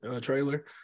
trailer